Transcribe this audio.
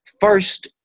first